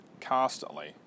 constantly